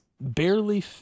barely